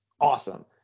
awesome